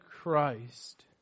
Christ